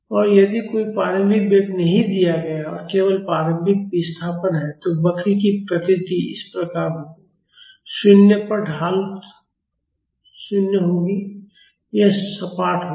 और यदि कोई प्रारंभिक वेग नहीं दिया गया है और केवल प्रारंभिक विस्थापन है तो वक्र की प्रकृति इस प्रकार होगी 0 पर ढाल 0 होगी तो यह सपाट होगा